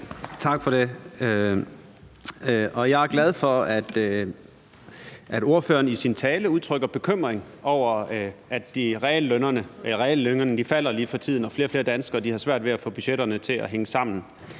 Tak for det. Jeg er glad for, at ordføreren i sin tale udtrykker bekymring over, at reallønnen falder lige for tiden, og at flere og flere danskere har svært ved at få budgetterne til at hænge sammen.